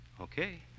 Okay